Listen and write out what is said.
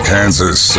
Kansas